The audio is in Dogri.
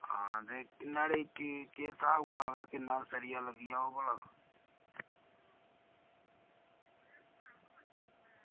आं ते न्हाड़ै ई केह् स्हाब कताब ऐ किन्ना सरिया लग्गी जाह्ग भला